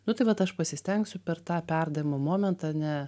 nu tai vat aš pasistengsiu per tą perdavimo momentą ne